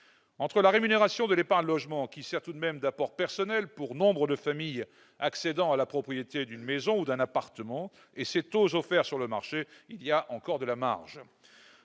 Entre la rémunération de l'épargne logement, qui sert tout de même d'apport personnel pour nombre de familles accédant à la propriété d'une maison ou d'un appartement, et les taux offerts sur le marché, il y a encore de la marge.